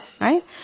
Right